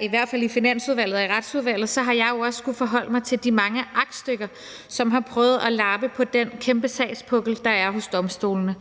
i hvert fald i Finansudvalget og i Retsudvalget, så har jeg jo også skullet forholde mig til de mange aktstykker, som har prøvet at lappe på den kæmpe sagspukkel, der er hos domstolene,